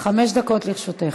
חמש דקות לרשותך.